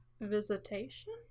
Visitation